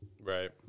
right